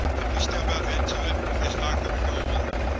if we step out into it, it's not gonna go well.